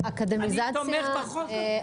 אני תומך בחוק הזה.